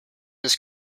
this